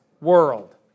world